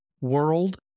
world